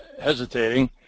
hesitating